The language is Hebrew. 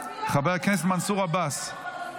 חבר הכנסת מנסור עבאס.